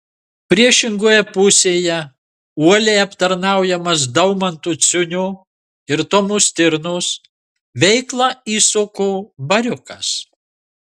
priešingoje pusėje uoliai aptarnaujamas daumanto ciunio ir tomo stirnos veiklą įsuko bariukas